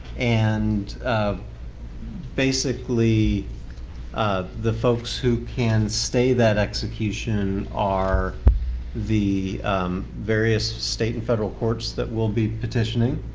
and um basically um the folks who can stay that execution are the various state and federal courts that we'll be petitioning.